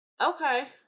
okay